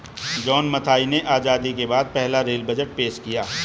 John Mathai ने आजादी के बाद पहला रेल बजट पेश किया